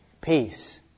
Peace